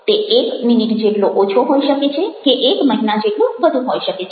તે એક મિનિટ જેટલો ઓછો હોઈ શકે છે કે એક મહિના જેટલો વધુ હોઈ શકે છે